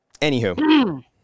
anywho